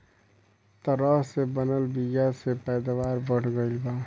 तरह से बनल बीया से पैदावार बढ़ गईल बा